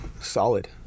solid